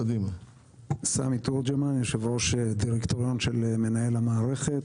אני יושב-ראש דירקטוריון של מנהל המערכת.